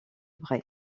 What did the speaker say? braye